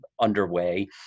underway